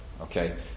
Okay